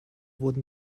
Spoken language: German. wurden